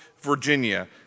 Virginia